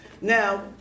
Now